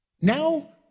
Now